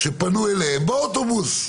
שפנו אליהם באוטובוס.